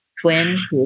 twins